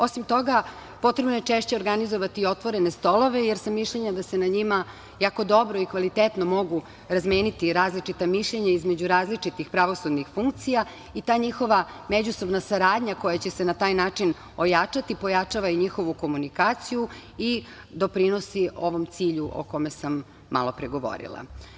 Osim toga, potrebno je češće organizovati otvorene stolove, jer sam mišljenja da se na njima jako dobro i kvalitetno mogu razmeniti različita mišljenja između različitih pravosudnih funkcija i ta njihova međusobna saradnja koja će se na taj način ojačati, pojačava i njihovu komunikaciju i doprinosi ovom cilju o kome sam malopre govorila.